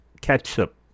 ketchup